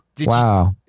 Wow